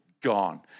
gone